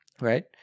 right